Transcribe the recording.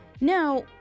Now